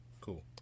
Cool